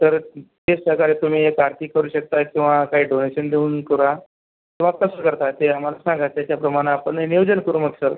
sir ते सहकार्य तुम्ही एक आर्थिक करू शकता किंवा काही डोनेशन देऊन सुद्धा किंवा कसं करताय ते आम्हाला सांगा त्याच्याप्रमाणं आपण हे नियोजन करू मग सर